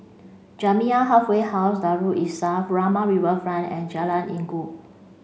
Jamiyah Halfway House Darul Islah Furama Riverfront and Jalan Inggu